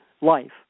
life